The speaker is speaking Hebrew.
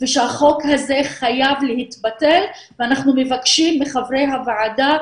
מטרת הקמת הוועדה